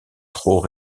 trop